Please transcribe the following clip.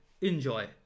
Enjoy